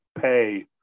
pay